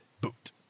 boot